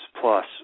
plus